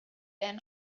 been